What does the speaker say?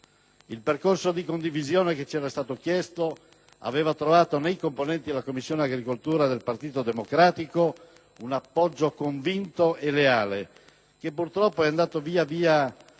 Il percorso di condivisione che c'era stato chiesto aveva trovato nei componenti della Commissione agricoltura del Partito Democratico un appoggio convinto e leale che purtroppo è stato via via